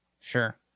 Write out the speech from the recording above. sure